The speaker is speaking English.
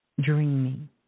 dreaming